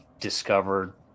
discovered